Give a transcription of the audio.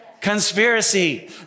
conspiracy